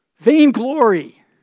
Vainglory